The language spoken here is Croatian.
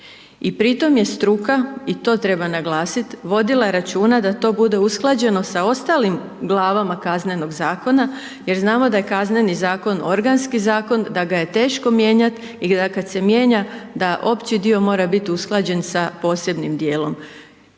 I pri tom je struka i to treba naglasit, vodila računa da to bude usklađeno sa ostalim glavama Kaznenog zakona jer znamo da je Kazneni zakon organski zakon da ga je teško mijenjat i kad se mijenja da opći dio mora biti usklađen sa posebnim dijelom.